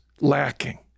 lacking